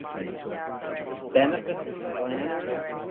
yeah benefits planners,